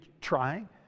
trying